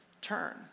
turn